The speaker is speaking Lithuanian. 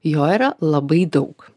jo yra labai daug